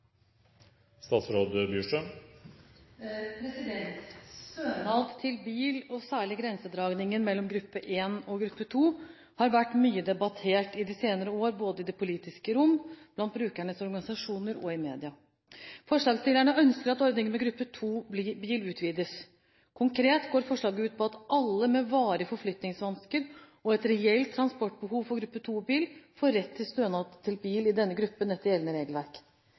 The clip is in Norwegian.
til bil, og særlig grensedragningen mellom gruppe 1 og gruppe 2, har vært mye debattert i de senere år, både i det politiske rom, blant brukernes organisasjoner og i media. Forslagsstillerne ønsker at ordningen med gruppe 2-bil utvides. Konkret går forslaget ut på at alle med «varige forflytningsvansker og et reelt transportbehov for gruppe 2-bil, får rett til stønad til bil i denne gruppen etter gjeldende regelverk».